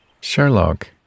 Sherlock